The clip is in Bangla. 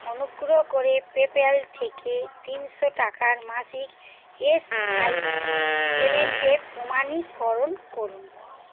অনুগ্রহ করে পেপ্যাল থেকে তিনশো টাকার মাসিক এসআইপি পেমেন্টের প্রমাণীকরণ করুন